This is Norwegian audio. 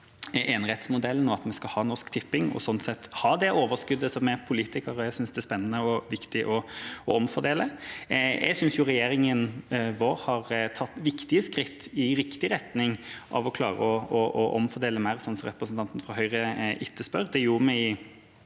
enerettsmodellen og at vi skal ha Norsk Tipping, og sånn sett ha det overskuddet som vi politikere synes det er spennende og viktig å omfordele. Jeg synes regjeringa vår har tatt viktige skritt i riktig retning av å klare å omfordele mer, som representanten fra Høyre etterspør.